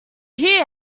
hear